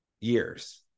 years